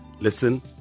Listen